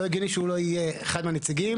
לא הגיוני שהוא לא יהיה אחד הנציגים.